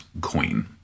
queen